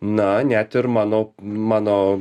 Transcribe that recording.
na net ir mano mano